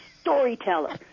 Storyteller